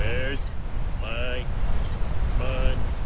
where's my money?